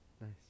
Nice